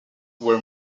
were